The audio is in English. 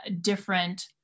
different